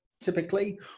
Typically